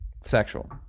Sexual